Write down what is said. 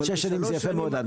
שש שנים זה יפה מאוד.